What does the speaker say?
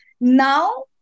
now